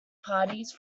parties